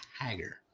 Hager